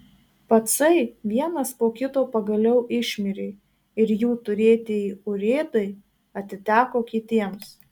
pacai vienas po kito pagaliau išmirė ir jų turėtieji urėdai atiteko kitiems